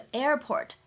airport